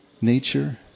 nature